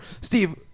Steve